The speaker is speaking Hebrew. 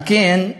על כן,